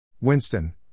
Winston